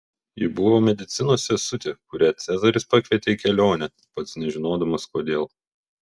ji buvo medicinos sesutė kurią cezaris pakvietė į kelionę pats nežinodamas kodėl